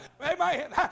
amen